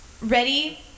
ready